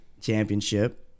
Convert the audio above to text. Championship